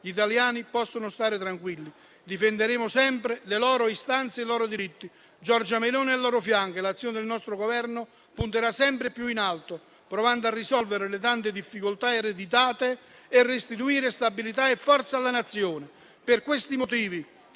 Gli italiani possono stare tranquilli, difenderemo sempre le loro istanze e i loro diritti. Giorgia Meloni è al loro fianco e l'azione del nostro Governo punterà sempre più in alto, provando a risolvere le tante difficoltà ereditate e restituire stabilità e forza alla Nazione. Per questi motivi,